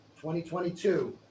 2022